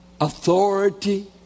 Authority